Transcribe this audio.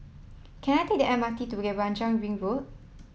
can I take the M R T to Bukit Panjang Ring Road